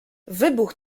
wybuch